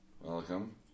Welcome